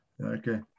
Okay